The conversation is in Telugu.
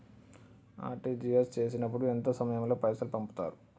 ఆర్.టి.జి.ఎస్ చేసినప్పుడు ఎంత సమయం లో పైసలు పంపుతరు?